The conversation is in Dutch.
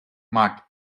maakt